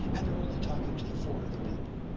and they're only talking to the four other people.